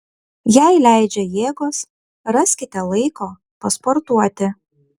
jei leidžia jėgos raskite laiko pasportuoti